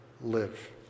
live